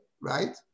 right